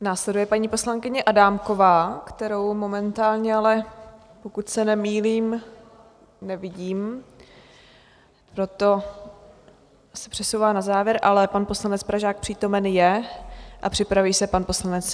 Následuje paní poslankyně Adámková, kterou momentálně ale, pokud se nemýlím, nevidím, proto se přesouvá na závěr, ale pan poslanec Pražák přítomen je a připraví se pan poslanec Nacher.